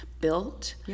built